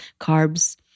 carbs